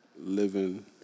living